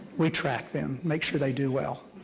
we track them, make sure they do well.